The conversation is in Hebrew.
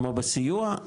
כמו בסיוע,